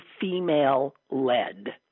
female-led